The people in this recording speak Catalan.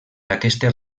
aquestes